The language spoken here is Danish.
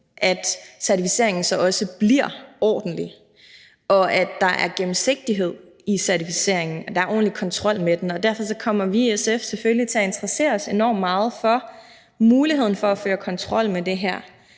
at certificeringen så også bliver ordentlig, at der er gennemsigtighed i certificeringen, og at der er ordentlig kontrol med det. Derfor kommer vi i SF selvfølgelig til at interessere os enormt meget for at føre kontrol med det her: